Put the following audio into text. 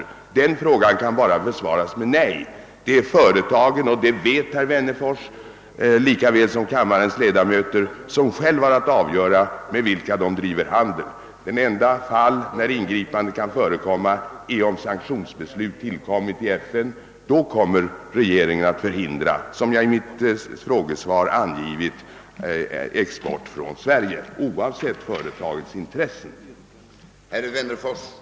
En sådan fråga kan bara besvaras med nej. Det är företagen — och det vet herr Wennerfors lika väl som kammarens Övriga ledamöter — som själva har att avgöra med vilka de driver handel. De enda fall där ingripande kan förekomma är om sanktionsbeslut fattats i FN. Har så skett kommer regeringen, så som jag angivit i mitt svar på frågan, att förhindra export från Sverige, oavsett respektive företags intressen.